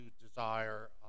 desire